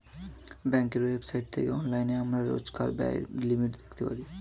ব্যাঙ্কের ওয়েবসাইট থেকে অনলাইনে আমরা রোজকার ব্যায়ের লিমিট দেখতে পারি